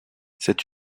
cette